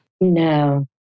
No